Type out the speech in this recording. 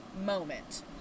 moment